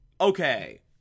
Okay